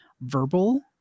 verbal